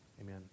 Amen